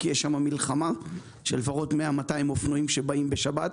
כי יש שם מלחמה של לפחות 100-200 אופנועים שבאים בשבת.